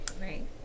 Right